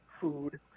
food